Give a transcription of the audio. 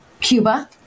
Cuba